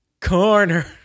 Corner